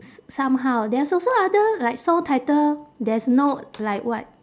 s~ somehow there's also other like song title there's no like what